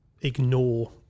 ignore